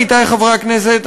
עמיתי חברי הכנסת,